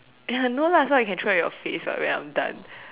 ya no lah so I can throw at your face [what] when I'm done